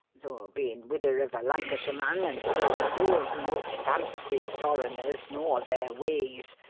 though bein' widder of a lancashire man, and though i doan't much fancy foreigners nor their ways,